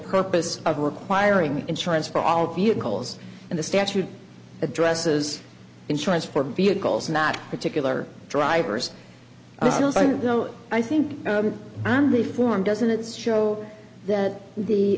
purpose of requiring insurance for all vehicles in the statute addresses insurance for vehicles not particular driver's license i don't know i think i'm the form doesn't it's show that the